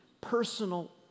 personal